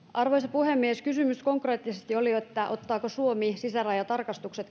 puhemies kysymys konkreettisesti oli että ottaako suomi sisärajatarkastukset